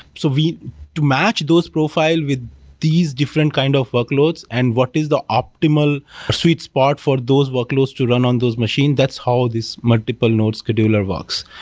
to match those profile with these different kind of workloads and what is the optimal sweet spot for those workloads to run on those machine, that's how this multiple nodes scheduler works.